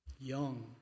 young